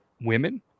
women